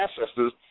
ancestors